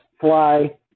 fly